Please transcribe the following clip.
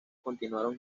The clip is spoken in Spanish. continuaron